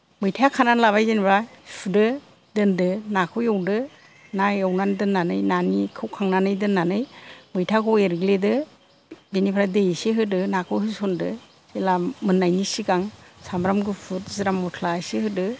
मैथाया खानानै लाबाय जेनेबा सुदो दोन्दो नाखौ एवदो ना एवनानै दोननानै नाखौ खांनानै दोननानै मैथाखौ एरग्लिदो बेनिफ्राय दै इसे होदो नाखौ होसन्दो जेब्ला मोननायनि सिगां सामब्राम गुफुर जिरा मस्ला इसे होदो